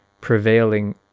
prevailing